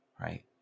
Right